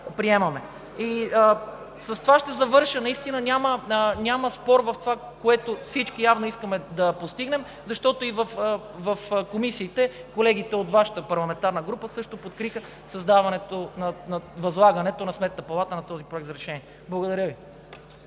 реплики.) Ще завърша. Няма спор в това, което всички явно искаме да постигнем, защото и в комисиите колегите от Вашата парламентарна група също подкрепиха възлагането на Сметната палата на този проект за решение. Благодаря Ви.